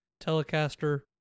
Telecaster